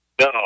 No